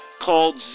called